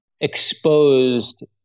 exposed